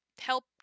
help